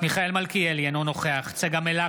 מיכאל מלכיאלי, אינו נוכח צגה מלקו,